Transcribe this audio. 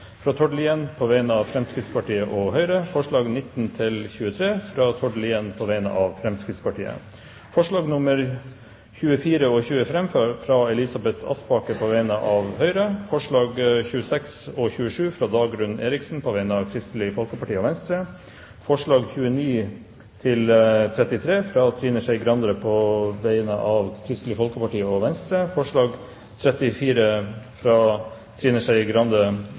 fra Tord Lien på vegne av Fremskrittspartiet og Høyre forslagene nr. 19–23, fra Tord Lien på vegne av Fremskrittspartiet forslagene nr. 24 og 25, fra Elisabeth Aspaker på vegne av Høyre forslagene nr. 26 og 27, fra Dagrun Eriksen på vegne av Kristelig Folkeparti og Venstre forslagene nr. 29–33, fra Trine Skei Grande på vegne av Kristelig Folkeparti og Venstre forslag nr. 34, fra Trine Skei Grande